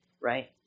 right